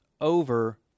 over